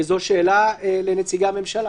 וזו שאלה לנציגי הממשלה.